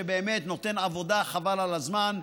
שבאמת נותן עבודה חבל על הזמן.